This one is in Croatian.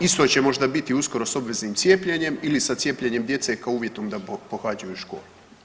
Isto će možda biti uskoro s obveznim cijepljenjem ili sa cijepljenjem djece kao uvjetom da pohađaju školu.